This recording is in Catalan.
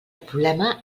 problema